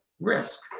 risk